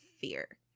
fear